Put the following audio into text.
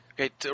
Okay